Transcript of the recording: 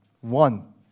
one